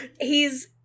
He's-